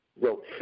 wrote